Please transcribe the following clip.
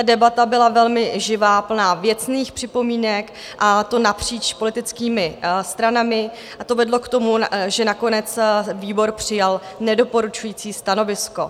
Debata byla velmi živá, plná věcných připomínek, a to napříč politickými stranami, a to vedlo k tomu, že nakonec výbor přijal nedoporučující stanovisko.